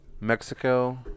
mexico